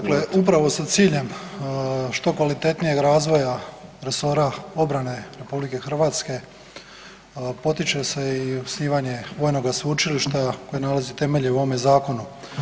Dakle, upravo sa ciljem što kvalitetnijeg razvoja resora obrane RH, potiče se i osnivanje vojnoga sveučilišta koje nalazi temelje u ovome zakonu.